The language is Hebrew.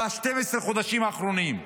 ב-12 החודשים האחרונים.